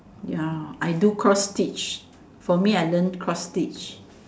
ya I do cross pitch for me I learn cross pitch